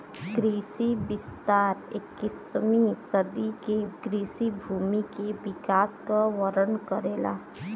कृषि विस्तार इक्कीसवीं सदी के कृषि भूमि के विकास क वर्णन करेला